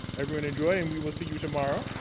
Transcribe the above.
everyone enjoy, and we will see you tomorrow.